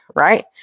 Right